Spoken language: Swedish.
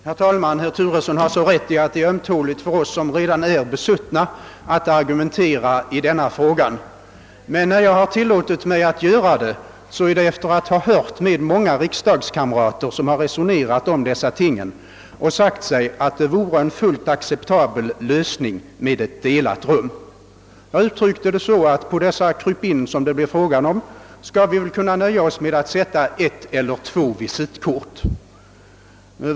Herr talman! Herr Turesson har så rätt i att det är ömtåligt för oss som redan är »besuttna» att argumentera i denna fråga. Men när jag likväl tillåtit mig att göra det, så har det skett sedan jag resonerat med många riksdagskamrater om dessa ting och fått veta, att de anser att ett delat rum vore en acceptabel lösning. Jag uttryckte det så, att vi skall nöja oss med att på dörrarna till dessa krypin sätta upp ett eller två visitkort.